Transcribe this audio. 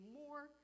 more